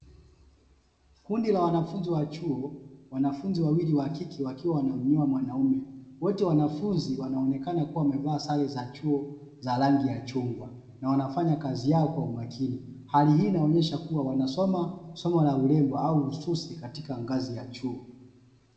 Kundi la wanafunzi wa chuo, wanafunzi wawili wa kike wakiwa wanamnyoa mwanaume, wote wanafunzi wanaonekana kuwa wamevaa sare za chuo za rangi ya chungwa na wanafanya kazi yao kwa umakini. Hali hii inaonyesha kuwa wanasoma somo la urembo au ususi katika ngazi ya chuo.